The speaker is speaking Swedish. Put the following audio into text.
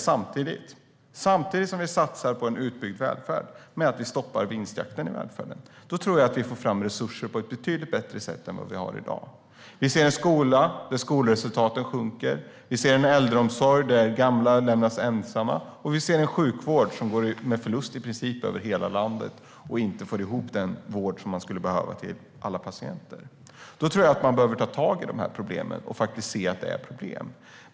Satsar vi på en utbyggd välfärd samtidigt som vi stoppar vinstjakten i välfärden tror jag att vi får fram resurser på ett betydligt bättre sätt än i dag. Vi ser en skola där skolresultaten sjunker, vi ser en äldreomsorg där gamla lämnas ensamma och vi ser en sjukvård som i går med förlust i princip över hela landet. Man kan inte erbjuda den vård som skulle behövas till alla patienter. Då behöver man ta tag i problemen och faktiskt se dem.